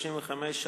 סעיף 35(3)